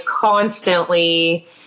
constantly